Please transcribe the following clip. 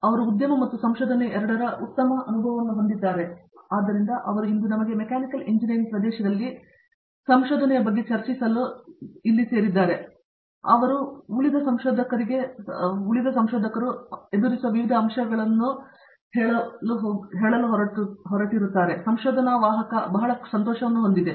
ಆದ್ದರಿಂದ ಅವರು ಉದ್ಯಮ ಮತ್ತು ಸಂಶೋಧನೆ ಎರಡರ ಉತ್ತಮ ಅನುಭವವನ್ನು ಹೊಂದಿದ್ದಾರೆ ಮತ್ತು ಆದ್ದರಿಂದ ಅವರು ಇಂದು ನಮಗೆ ಮೆಕ್ಯಾನಿಕಲ್ ಎಂಜಿನಿಯರಿಂಗ್ ಪ್ರದೇಶದಲ್ಲಿ ಸಂಶೋಧನೆ ಚರ್ಚಿಸಲು ಸೇರಿದ್ದಾರೆ ಮತ್ತು ಅವರು ಇಲ್ಲಿ ಉಳಿಯುವ ಮೂಲಕ ಸಂಶೋಧಕರು ವಿವಿಧ ಅಂಶಗಳನ್ನು ಎದುರಿಸಬಹುದು ಸಂಶೋಧನಾ ವಾಹಕ ಬಹಳ ಸಂತೋಷವನ್ನು ಹೊಂದಿದೆ